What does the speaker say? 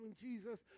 Jesus